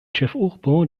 ĉefurbo